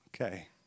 Okay